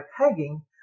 pegging